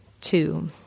Two